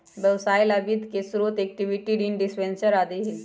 व्यवसाय ला वित्त के स्रोत इक्विटी, ऋण, डिबेंचर आदि हई